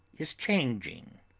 is changing.